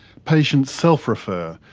patients self-refer,